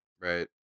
Right